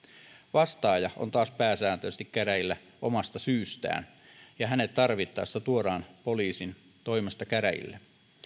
vastaaja on taas pääsääntöisesti käräjillä omasta syystään ja hänet tarvittaessa tuodaan poliisin toimesta käräjille